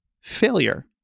Failure